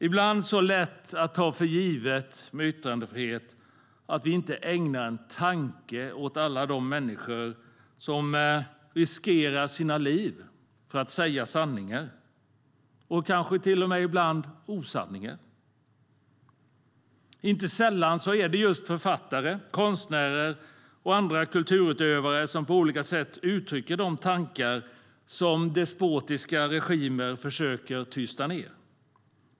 Ibland är den så lätt att ta för given att vi inte ägnar en tanke åt alla de människor som riskerar sina liv för att säga sanningar och kanske till och med ibland osanningar. Inte sällan är det just författare, konstnärer och andra kulturutövare som på olika sätt uttrycker de tankar som despotiska regimer försöker tysta ned.